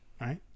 right